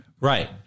Right